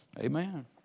Amen